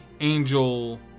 angel